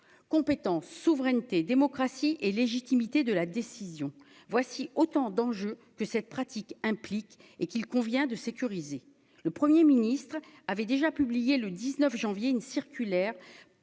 compétents souveraineté démocratie et légitimité de la décision voici autant d'enjeux que cette pratique implique et qu'il convient de sécuriser le 1er ministre avait déjà publié le 19 janvier une circulaire